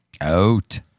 Out